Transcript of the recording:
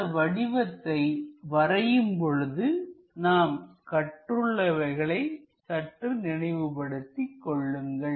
இந்த வடிவத்தை வரையும் பொழுது நாம் கற்றுள்ளவைகளை சற்று நினைவுபடுத்திக் கொள்ளுங்கள்